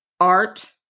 art